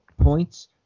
points